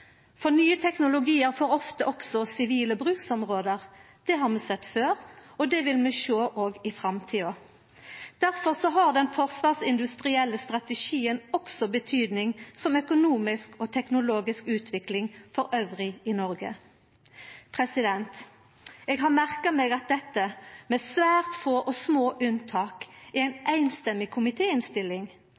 for nye teknologiar får ofte også sivile bruksområde. Det har vi sett før, og det vil vi sjå òg i framtida. Difor har den forsvarsindustrielle strategien også betyding for økonomisk og teknologisk utvikling elles i Noreg. Eg har merka meg at dette, med svært få og små unntak,